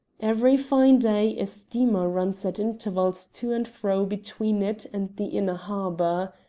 every fine day a steamer runs at intervals to and fro between it and the inner harbour.